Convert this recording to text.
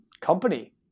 company